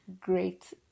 great